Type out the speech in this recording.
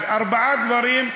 אז זה ארבעה דברים.